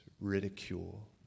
ridicule